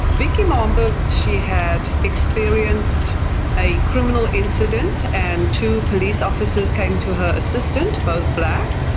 vicky momberg, she had experienced a criminal incident and two police officers came to her assistance, both black.